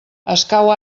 escau